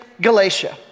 Galatia